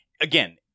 again